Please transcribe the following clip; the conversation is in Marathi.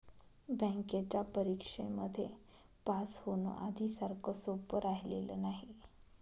बँकेच्या परीक्षेमध्ये पास होण, आधी सारखं सोपं राहिलेलं नाही